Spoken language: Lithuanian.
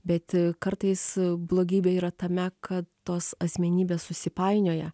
bet kartais blogybė yra tame kad tos asmenybės susipainioja